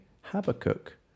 Habakkuk